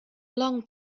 long